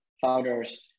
founders